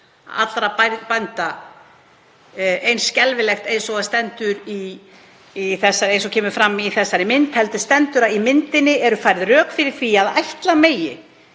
allra bænda, eins skelfilegt og kemur fram í þessari mynd, heldur stendur: „Í myndinni eru færð rök fyrir því að ætla megi